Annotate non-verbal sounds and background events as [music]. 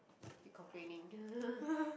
keep complaining [laughs]